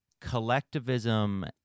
collectivism